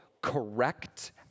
correct